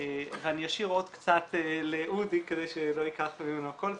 ואני אשאיר עוד קצת לאודי כדי שלא אקח ממנו הכל,